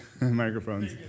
microphones